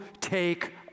take